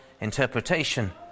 interpretation